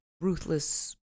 ruthless